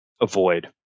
avoid